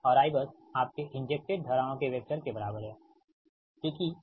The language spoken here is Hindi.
और Ibus आपके इंजेक्टेड धाराओं के वेक्टर के बराबर है ठीक है